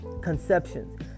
conceptions